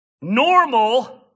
Normal